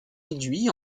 réduits